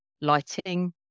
lighting